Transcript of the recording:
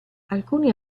alcuni